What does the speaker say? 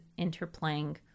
interplaying